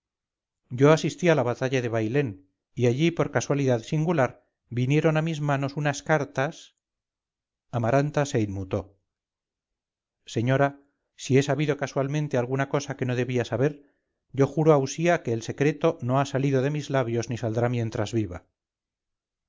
yo asistí a la batalla de bailén y allí por casualidad singular vinieron a mis manos unas cartas amaranta se inmutó señora si he sabido casualmente alguna cosa que no debía saber yo juro a usía que el secreto no ha salido de mis labios ni saldrá mientras viva